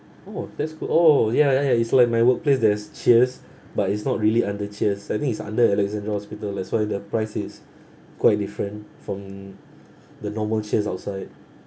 oh that's good oh ya ya ya it's like my workplace there's cheers but it's not really under cheers I think it's under alexandra hospital that's why the price is quite different from the normal cheers outside